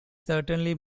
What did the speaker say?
certainly